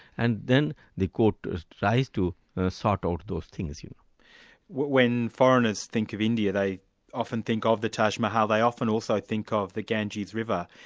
and then the court tries to sort out those things. you know when foreigners think of india, they often think of the taj mahal they often also think ah of the ganges river.